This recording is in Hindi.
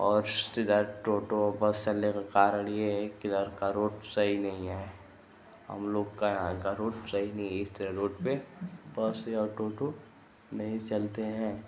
और टोटो बस चलने में कारण ये है कि इधर का रोड सही नहीं है हम लोग का यहाँ का रोड सही नहीं है इस तरह रोड पर बस या टोटो नहीं चलते हैं